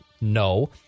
No